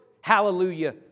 hallelujah